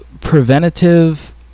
Preventative